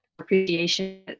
appreciation